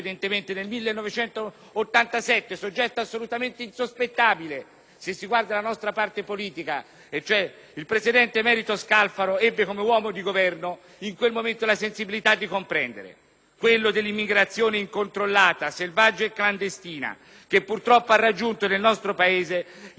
se si guarda alla nostra parte politica, e cioè il presidente emerito Scalfaro, ebbe come uomo di governo in quel momento la sensibilità di comprenderlo. Mi riferisco al fenomeno dell'immigrazione incontrollata, selvaggia e clandestina, che purtroppo nel nostro Paese ha raggiunto livelli tali da non poter essere più sopportata senza gravi conseguenze,